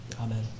Amen